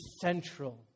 central